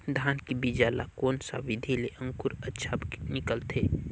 धान के बीजा ला कोन सा विधि ले अंकुर अच्छा निकलथे?